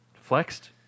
Flexed